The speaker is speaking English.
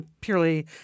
purely